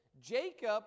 Jacob